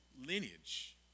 lineage